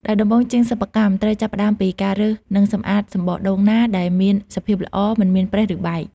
ដោយដំបូងជាងសិប្បកម្មត្រូវចាប់ផ្ដើមពី ការរើសនិងសម្អាតសំបកដូងណាដែលមានសភាពល្អ មិនមានប្រេះ ឬបែក។